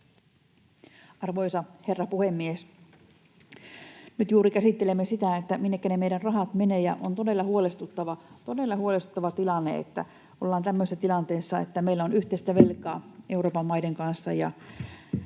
Arvoisa herra puhemies! Nyt juuri käsittelemme sitä, minnekä ne meidän rahat menevät. On todella huolestuttava, todella huolestuttava tilanne, että ollaan tämmöisessä tilanteessa, että meillä on yhteistä velkaa ja yhteistä vastuuta